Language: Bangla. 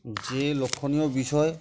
যে লক্ষণীয় বিষয়